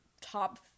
top